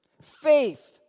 Faith